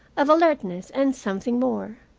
of alertness and something more.